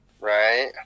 right